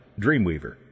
Dreamweaver